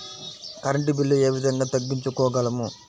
Current bill ఏ విధంగా తగ్గించుకోగలము?